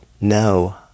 no